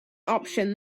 option